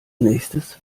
nächstes